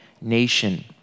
nation